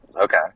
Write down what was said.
Okay